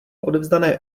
odevzdané